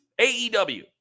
AEW